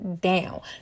down